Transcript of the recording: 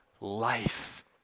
life